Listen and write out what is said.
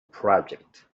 project